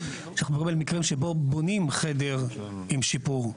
על מקרים שבו אנחנו בונים חדר עם שיפור.